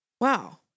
Wow